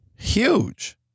huge